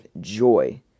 joy